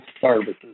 Services